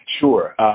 Sure